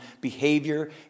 behavior